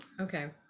Okay